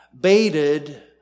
baited